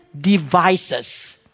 devices